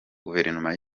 guverinoma